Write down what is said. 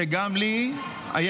שגם לי היה,